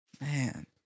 man